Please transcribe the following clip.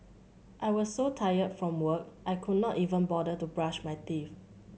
I was so tired from work I could not even bother to brush my teeth